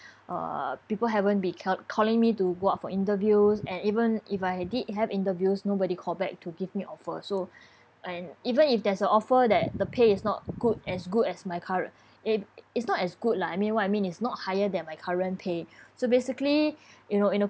uh people haven't be cal~ calling me to go out for interviews and even if I did have interviews nobody call back to give me offer so and even if there's a offer that the pay is not good as good as my current it it's not as good lah I mean what I mean is not higher than my current pay so basically you know in a